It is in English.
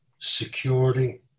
security